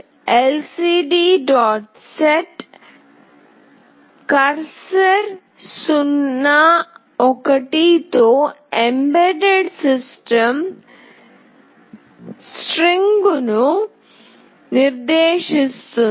set curcer 01 తో EMBEDDED SYSTEM స్ట్రింగ్ను నిర్దేశిస్తుంది